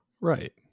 Right